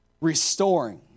Restoring